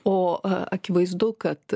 o akivaizdu kad